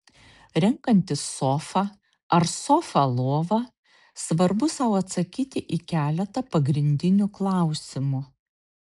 renkantis sofą ar sofą lovą svarbu sau atsakyti į keletą pagrindinių klausimų